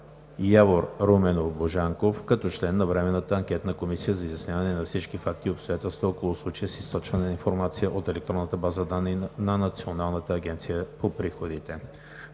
Явор Руменов Божанков като член на Временната анкетна комисия за изясняване на всички факти и обстоятелства около случая с източване на информация от електронната база данни на Националната агенция по приходите.